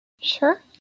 Sure